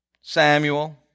Samuel